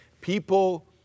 People